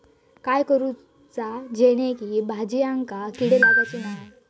काय करूचा जेणेकी भाजायेंका किडे लागाचे नाय?